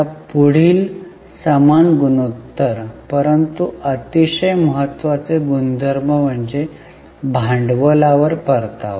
आता पुढील समान गुणोत्तर परंतु अतिशय महत्वाचे गुणधर्म म्हणजे भांडवलावर परतावा